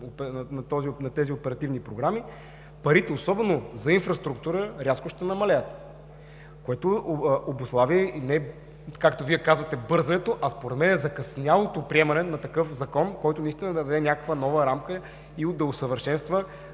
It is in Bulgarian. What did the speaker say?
на тези оперативни програми, парите, особено за инфраструктура, рязко ще намалеят, което обуславя, както Вие казвате, „бързането“, а според мен закъснялото приемане на такъв Закон, който наистина да даде някаква нова рамка и да усъвършенства